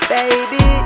Baby